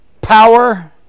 power